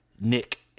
Nick